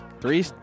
Three